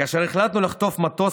כאשר החלטנו לחטוף מטוס,